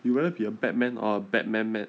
you rather be a bad man or a bad man mad